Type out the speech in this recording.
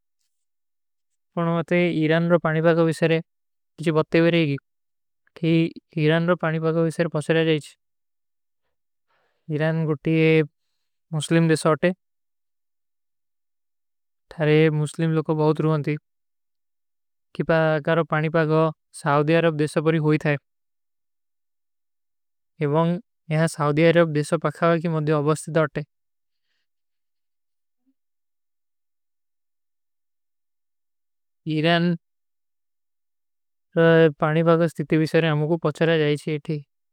ପନମାତେ ଉସରେ ହିରାନ ରୋ ପାନିପାଗ ଵିଶରେ କୀଛ ବଧ୍ଯା ଭୀ ରହ ଗୀ। କୀ ଇରାନ ରୋ ପାନିପାଗ ଵିଶରେ ପଚରା ଜାଈଜ। ହିରାନ ଗୁଟୀ ହୈ ମୁଶ୍ଲିମ ଦେଶାଓଟେ। ଥାରେ ମୁଶ୍ଲିମ ଲୋଗୋଂ ବହୁତ ରୂହନେଥୀ। କି ପାକାରୋ ପାଣିପାଗୋ ସାଉଧିଯା ଅରବ ଦେଶା ପରୀ ହୋଈ ଥାଏ ଏବଂଗ ଯହାଁ ସାଉଧିଯା ଅରବ ଦେଶା ପକ୍ଖାଗା କୀ ମଦ୍ଯ ଅବସ୍ତିଦାଟେ ଇରାନ ପାଣୀ ବାଗା ସ୍ଥିତି ଵିସରେଂ ଅମୋଗୋ ପଚଲା ଜାଯୀଚୀ ଇଠୀ।